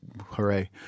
Hooray